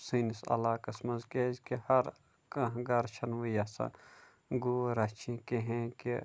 سٲنِس علاقَس منٛز کیٛازِکہِ ہَر کانٛہہ گَھرٕ چھُنہٕ وۄنۍ یَژھان گٲو رَچھِنۍ کِہیٖنۍ کہِ